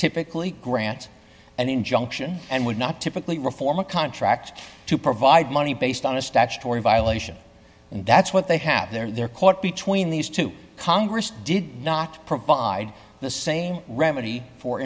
typically grants an injunction and would not typically reform a contract to provide money based on a statutory violation and that's what they have their court between these two congress did not provide the same remedy for